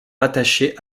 rattachés